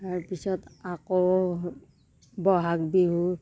তাৰ পিছত আকৌ ব'হাগ বিহু